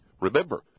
Remember